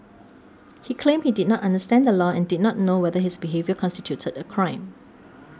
he claimed he did not understand the law and did not know whether his behaviour constituted a crime